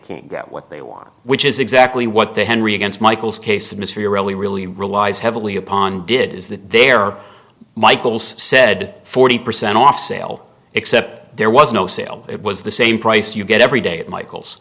can't get what they want which is exactly what the henry against michael's case of mystery really really relies heavily upon did is that there michael said forty percent off sale except there was no sale it was the same price you get every day at michael's